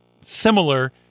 similar